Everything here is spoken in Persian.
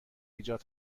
ایجاد